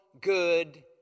good